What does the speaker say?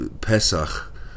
Pesach